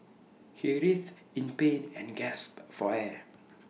he writhed in pain and gasped for air